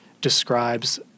describes